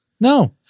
no